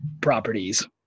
properties